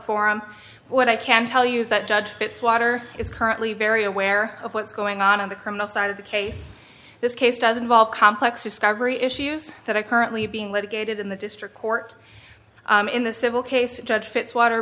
forum what i can tell you is that judge its water is currently very aware of what's going on on the criminal side of the case this case doesn't fall complex discovery issues that are currently being litigated in the district court in the civil case judge fitzwater